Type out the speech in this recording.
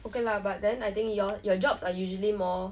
okay lah but then I think your your jobs are usually more